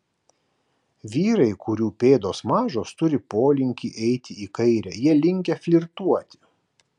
vyrai kurių pėdos mažos turi polinkį eiti į kairę jie linkę flirtuoti